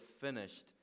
finished